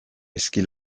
ezki